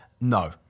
No